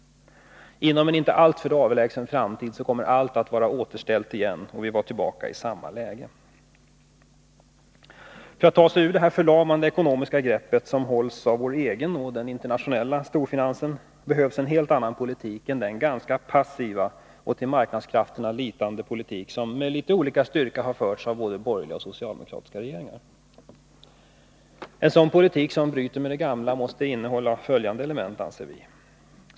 Inom en inte alltför avlägsen framtid kommer allt att vara återställt igen och vi är tillbaka i samma läge. För att vi skall kunna ta oss ur det förlamande ekonomiska grepp som hålls av vår egen storfinans och av den internationella storfinansen behövs en helt annan politik än den ganska passiva och till marknadskrafterna litande politik som med litet olika styrka har förts av både borgerliga och socialdemokratiska regeringar. En sådan politik — som bryter med den gamla — måste innehålla följande element, anser vi.